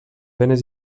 penes